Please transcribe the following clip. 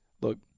look